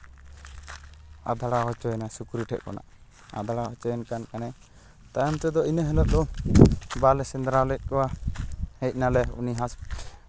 ᱟᱫᱷᱲᱟᱣ ᱦᱚᱪᱚᱭᱮᱱᱟᱭ ᱥᱩᱠᱨᱤ ᱴᱷᱮᱱ ᱠᱷᱚᱱᱟᱜ ᱟᱫᱷᱲᱟᱣ ᱦᱚᱪᱚᱭᱮᱱ ᱠᱟᱱ ᱠᱷᱟᱱᱮ ᱛᱟᱭᱚᱢ ᱛᱮᱫᱚ ᱤᱱᱟᱹ ᱦᱤᱞᱳᱜ ᱫᱚ ᱵᱟᱞᱮ ᱥᱮᱸᱫᱽᱨᱟ ᱞᱮᱫ ᱠᱚᱣᱟ ᱦᱮᱡ ᱱᱟᱞᱮ ᱩᱱᱤ ᱦᱟᱥᱯᱟᱛᱟᱞ